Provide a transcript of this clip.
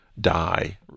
die